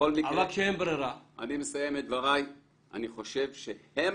אבל כשאין ברירה --- אני חושב שהם